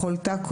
בכל תא,